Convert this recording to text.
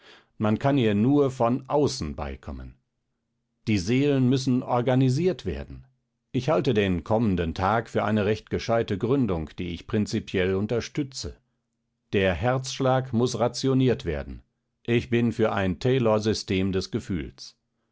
man kann ihr nur von außen beikommen die seelen müssen organisiert werden ich halte den kommenden tag für eine recht gescheite gründung die ich prinzipiell unterstützte der herzschlag muß rationiert werden ich bin für ein taylorsystem des gefühls